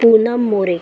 Poonam More